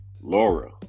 laura